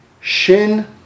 shin